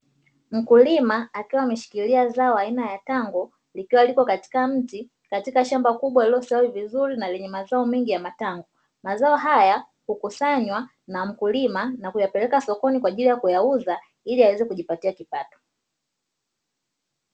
Mkulima akiwa ameshikilia zao kubwa aina ya tango likiwa katika mti, likiwa limestawi vizuri na lenye mazao mengi ya matango, mazao haya hukusanywa na mkulima na kuyapeleka sokoni kwa ajili ya kuyauza ili aweze kujipatia kipato.